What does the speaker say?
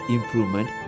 Improvement